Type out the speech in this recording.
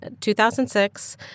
2006